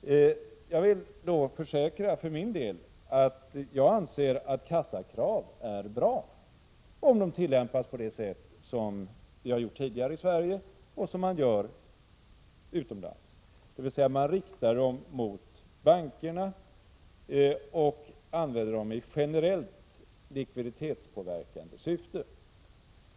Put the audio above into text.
Jag vill försäkra att jag för min del anser att kassakraven är bra — om de tillämpas på det sätt som vi har gjort tidigare i Sverige och som man gör utomlands, dvs. att man riktar dem mot bankerna och använder dem i generellt likviditetspåverkande syfte.